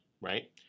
right